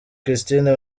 christine